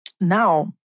Now